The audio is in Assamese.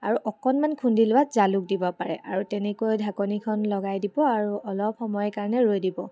আৰু অকণমান খুন্দি লোৱা জালুক দিব পাৰে আৰু তেনেকৈয়ে ঢাকনীখন লগাই দিব আৰু অলপ সময় কাৰণে ৰৈ দিব